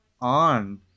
on